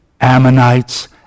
Ammonites